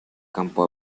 campo